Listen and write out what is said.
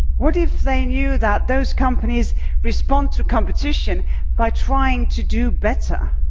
what if they knew that those companies respond to competition by trying to do better,